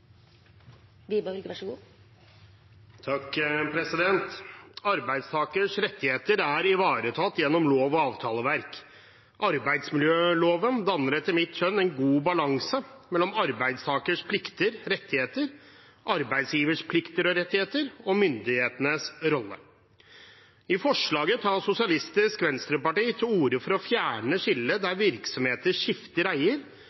ivaretatt gjennom lov- og avtaleverk. Arbeidsmiljøloven danner etter mitt skjønn en god balanse mellom arbeidstakers plikter og rettigheter, arbeidsgivers plikter og rettigheter og myndighetenes rolle. I forslaget tar Sosialistisk Venstreparti til orde for å fjerne skillet